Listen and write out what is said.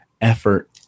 effort